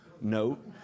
note